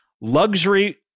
luxury